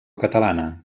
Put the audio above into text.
catalana